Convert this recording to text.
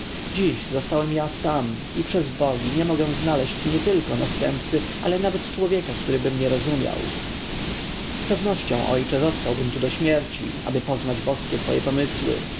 dziś zostałem ja sam i przez bogi nie mogę znaleźć nietylko następcy ale nawet człowieka któryby mnie rozumiał z pewnością ojcze zostałbym tu do śmierci aby poznać boskie twoje pomysły